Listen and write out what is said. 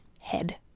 head